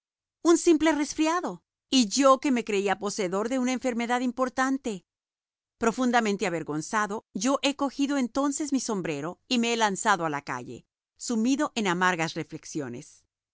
un simple resfriado y yo que me creía poseedor de una enfermedad importante profundamente avergonzado yo he cogido entonces mi sombrero y me he lanzado a la calle sumido en amargas reflexiones